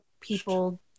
people